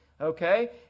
okay